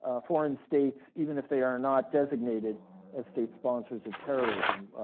ah foreign states even if they are not designated as state sponsors of terrorism,